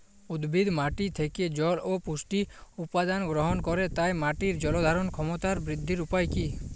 উদ্ভিদ মাটি থেকে জল ও পুষ্টি উপাদান গ্রহণ করে তাই মাটির জল ধারণ ক্ষমতার বৃদ্ধির উপায় কী?